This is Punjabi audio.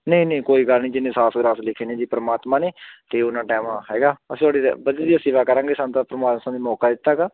ਨਹੀਂ ਨਹੀਂ ਕੋਈ ਗੱਲ ਨਹੀਂ ਜਿੰਨੇ ਸਾਸ ਗਿਰਾਸ ਲਿਖੇ ਨੇ ਜੀ ਪਰਮਾਤਮਾ ਨੇ ਅਤੇ ਓਨਾ ਟੈਮ ਹੈਗਾ ਅਸੀਂ ਤੁਹਾਡੀ ਵਧੀਆ ਸੇਵਾ ਕਰਾਂਗੇ ਸਾਨੂੰ ਤਾਂ ਪਰਮਾਤਮਾ ਨੇ ਮੌਕਾ ਦਿੱਤਾ ਗਾ